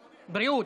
הבריאות,